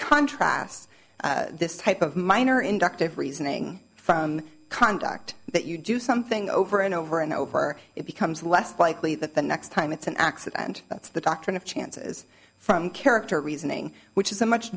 contrasts this type of minor inductive reasoning found conduct that you do something over and over and over it becomes less likely that the next time it's an accident that's the doctrine of chances from character reasoning which is a much